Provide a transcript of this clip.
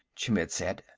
chmidd said.